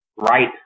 right